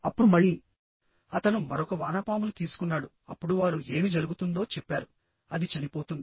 అప్పుడు మళ్ళీ అతను మరొక వానపామును తీసుకున్నాడుఅప్పుడు వారు ఏమి జరుగుతుందో చెప్పారు అది చనిపోతుంది